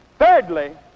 Thirdly